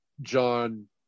John